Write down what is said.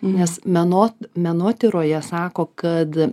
nes menot menotyroje sako kad